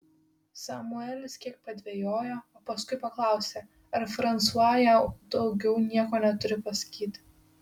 samuelis kiek padvejojo o paskui paklausė ar fransua jam daugiau nieko neturi pasakyti